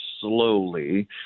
slowly